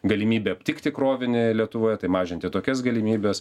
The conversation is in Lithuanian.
galimybe aptikti krovinį lietuvoje tai mažinti tokias galimybes